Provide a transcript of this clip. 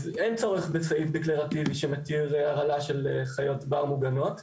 אז אין צורך בסעיף דקלרטיבי שמתיר הרעלה של חיות בר מוגנות.